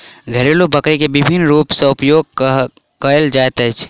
घरेलु बकरी के विभिन्न रूप सॅ उपयोग कयल जाइत अछि